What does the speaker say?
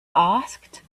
asked